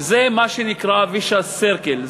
זה מה שנקרא vicious circle,